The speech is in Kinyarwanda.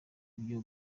ibyo